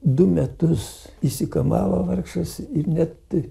du metus išsikamavo vargšas ir net